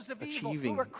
achieving